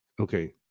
Okay